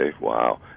Wow